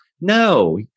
No